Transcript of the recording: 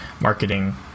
marketing